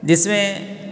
जिसमें